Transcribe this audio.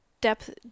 depth